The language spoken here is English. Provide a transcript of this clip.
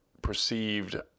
perceived